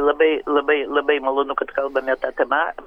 labai labai labai malonu kad kalbame ta tema